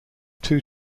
two